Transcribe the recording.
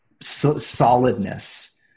solidness